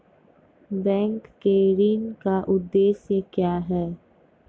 Bank के ऋण का उद्देश्य क्या हैं?